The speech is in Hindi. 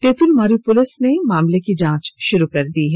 तेतुलमारी पुलिस ने मामले की जांच शुरु कर दी है